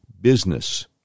business